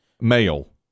male